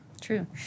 true